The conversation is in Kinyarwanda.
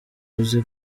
uzi